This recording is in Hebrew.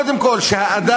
קודם כול שהאדם,